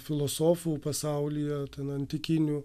filosofų pasaulyje na antikinių